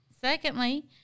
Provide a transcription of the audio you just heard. Secondly